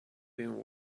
been